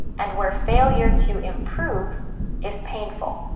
and where failure to improve is painful.